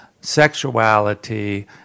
sexuality